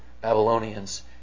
Babylonians